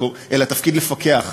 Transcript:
אלא תפקיד לפקח.